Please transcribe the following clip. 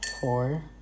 Four